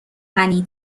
غنی